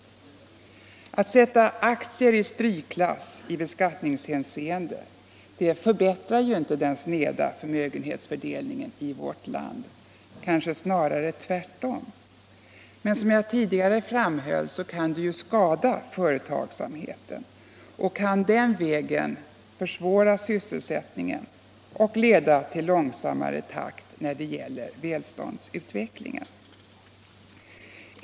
Att sätta aktier i strykklass i beskattningshänseende förbättrar inte den sneda förmögenhetsfördelningen i vårt land — kanske snarare tvärtom. Men som jag tidigare framhöll kan det skada företagsamheten och kan den vägen försvåra sysselsättningen och leda till långsammare takt när det gäller välståndsutvecklingen.